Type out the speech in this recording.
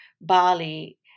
Bali